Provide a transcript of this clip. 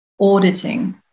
auditing